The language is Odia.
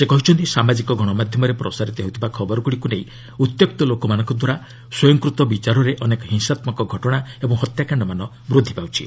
ସେ କହିଛନ୍ତି ସାମାଜିକ ଗଣମାଧ୍ୟମରେ ପ୍ରସାରିତ ହେଉଥିବା ଖବରଗ୍ରଡ଼ିକ୍ ନେଇ ଉତ୍ତ୍ୟକ୍ତ ଲୋକମାନଙ୍କଦ୍ୱାରା ସ୍ୱୟଂକୃତ ବିଚାରରେ ଅନେକ ହିଂସାତ୍କକ ଘଟଣା ଓ ହତ୍ୟାକାଶ୍ଡମାନ ବୃଦ୍ଧିପାଉଛି